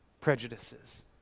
prejudices